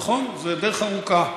נכון, זו דרך ארוכה,